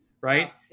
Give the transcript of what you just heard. right